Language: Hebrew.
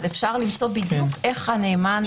אפשר למצוא בדיוק מה תפקידו של הנאמן.